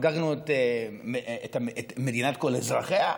חגגנו את מדינת כל אזרחיה?